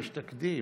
יש תקדים.